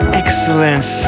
excellence